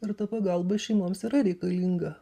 ir ta pagalba šeimoms yra reikalinga